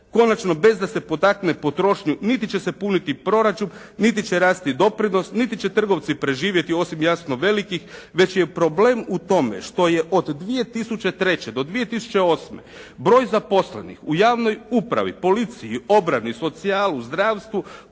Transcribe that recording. konačno bez da se potakne potrošnju, niti će se puniti proračun, niti će rasti doprinos, niti će trgovci preživjeti osim jasno velikih već je problem u tome što je od 2003. do 2008. broj zaposlenih u javnoj upravi, policiji, obrani, socijalu, zdravstvu